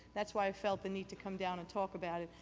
that's why i felt the need to come down and talk about it.